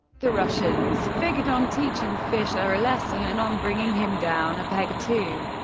the russians figured on teaching fischer a lesson and on bringing him down a peg or two.